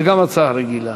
זו גם הצעה רגילה.